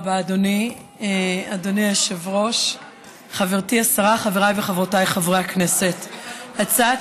אנחנו נעבור להצעת החוק הבאה, הצעת